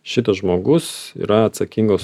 šitas žmogus yra atsakingas